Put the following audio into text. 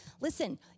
listen